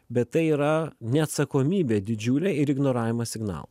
bet tai yra neatsakomybė didžiulė ir ignoravimas signalų